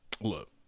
look